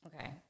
okay